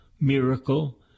miracle